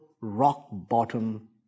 rock-bottom